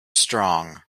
strong